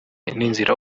n’inzira